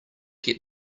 get